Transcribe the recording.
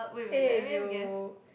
eh you